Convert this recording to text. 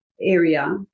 area